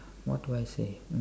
what do I say mm